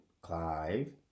Clive